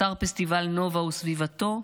אתר פסטיבל נובה וסביבתו,